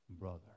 brother